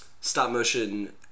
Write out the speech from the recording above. stop-motion